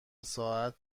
ساعت